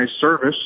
service